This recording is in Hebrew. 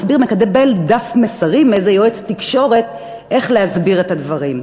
המסביר מקבל דף מסרים מאיזה יועץ תקשורת איך להסביר את הדברים.